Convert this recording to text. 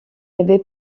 avait